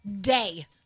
day